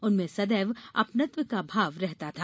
उनमें सदैव अपनत्व का भाव रहता था